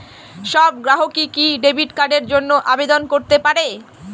সব গ্রাহকই কি ডেবিট কার্ডের জন্য আবেদন করতে পারে?